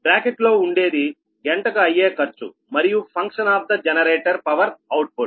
bracket లో ఉండేది గంటకు అయ్యే ఖర్చు మరియు function of the generator power output